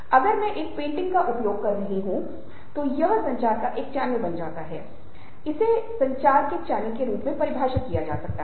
अगर मैं एक पेंटिंग का उपयोग कर रहा हूं तो यह संचार का एक चैनल बन जाता है इसे संचार के चैनल के रूप में परिभाषित किया जा सकता है